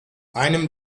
einem